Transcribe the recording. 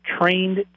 trained